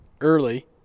early